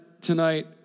tonight